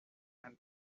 and